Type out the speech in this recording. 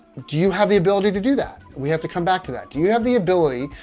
do you have the ability to do that? we have to come back to that. do you have the ability?